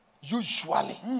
usually